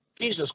Jesus